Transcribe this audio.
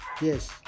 Yes